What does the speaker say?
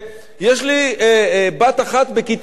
יש לי בת אחת בכיתה ד'